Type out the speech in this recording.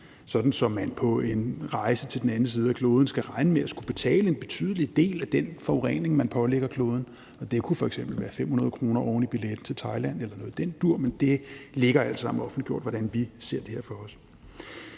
sådan at man på en rejse til den anden side af kloden skal regne med at skulle betale for en betydelig del af den forurening, man påfører kloden, og det kunne f.eks. være 500 kr. oven i billetprisen til Thailand eller noget i den dur, men det ligger alt sammen offentliggjort, hvordan vi ser det her for os.